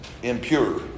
impure